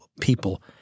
people